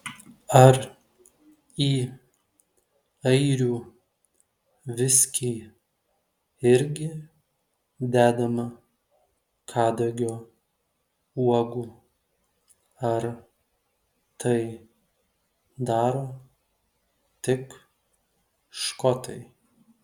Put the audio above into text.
ar į airių viskį irgi dedama kadagio uogų ar tai daro tik škotai